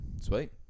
Sweet